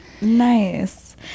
Nice